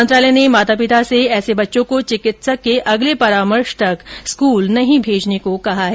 मंत्रालय ने माता पिता से ऐसे बच्चों को चिकित्सक के अगले परामर्श तक स्कूल नहीं भेजने को कहा है